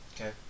Okay